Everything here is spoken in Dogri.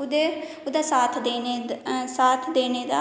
ओह्दे ओह्दा साथ देने साथ देने दा